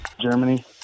Germany